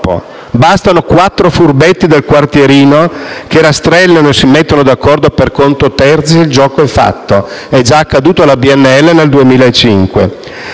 Bastano quattro furbetti del quartierino che rastrellano e si mettono d'accordo per conto terzi e il gioco è fatto. È già accaduto alla BNL nel 2005.